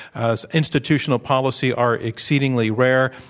ah institutional policy are exceedingly rare.